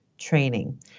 training